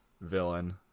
villain